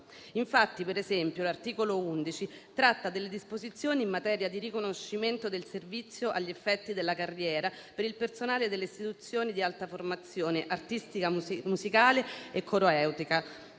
Per esempio, l'articolo 11 tratta delle disposizioni in materia di riconoscimento del servizio agli effetti della carriera per il personale delle istituzioni di alta formazione artistica, musicale e coreutica